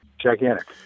gigantic